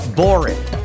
boring